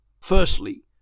Firstly